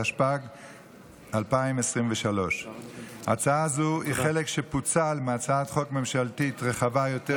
התשפ"ג 2023. הצעה זו היא חלק שפוצל מהצעת חוק ממשלתית רחבה יותר,